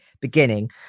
beginning